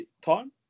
time